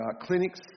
clinics